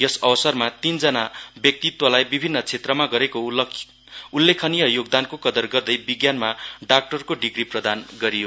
यस अवसरमा तीनजना व्यक्तित्वलाई विभिन्न क्षेत्रमा गरेको उल्लेखनीय योगदानको कदर गर्दै विज्ञानमा डाक्टरको डिग्री प्रदान गरियो